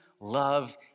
love